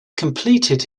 completed